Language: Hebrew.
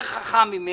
יותר חכם ממני,